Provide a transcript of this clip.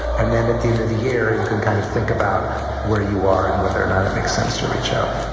and then at the end of the year, you can kind of think about where you are and whether or not it makes sense to reach out.